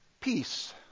peace